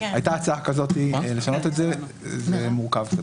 הייתה הצעה כזאת לשנות את זה אבל זה מורכב.